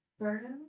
burden